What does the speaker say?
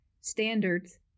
standards